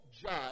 judge